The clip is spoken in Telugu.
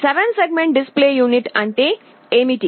7 సెగ్మెంట్ డిస్ప్లే యూనిట్ అంటే ఏమిటి